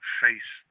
face